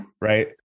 Right